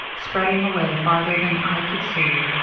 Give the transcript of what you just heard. spreading away farther than eye could see.